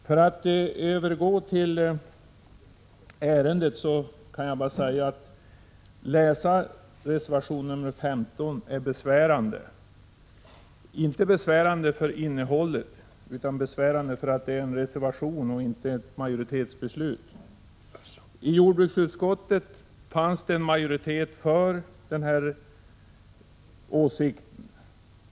För att återgå till ämnet, kan jag bara säga att det är besvärande att läsa reservation 15; inte på grund av innehållet utan därför att det är en reservation och inte ett majoritetsuttalande. I jordbruksutskottet fanns det en majoritet för vår åsikt.